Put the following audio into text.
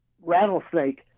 rattlesnake